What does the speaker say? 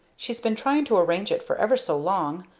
she's been trying to arrange it for ever so long.